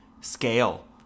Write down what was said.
Scale